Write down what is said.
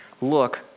look